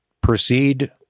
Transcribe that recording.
proceed